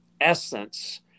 essence